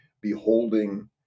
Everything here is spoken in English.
beholding